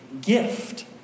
gift